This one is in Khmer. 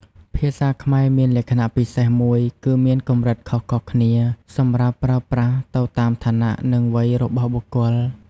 ភាសាខ្មែរមានលក្ខណៈពិសេសមួយគឺមាន កម្រិតខុសៗគ្នា សម្រាប់ប្រើប្រាស់ទៅតាមឋានៈ និងវ័យរបស់បុគ្គល។